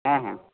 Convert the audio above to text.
হ্যাঁ হ্যাঁ